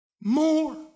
More